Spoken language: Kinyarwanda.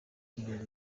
kugeza